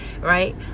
right